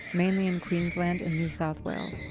mainly in queensland and new south wales.